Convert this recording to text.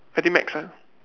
I think max ah